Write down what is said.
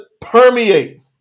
permeate